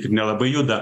ir nelabai juda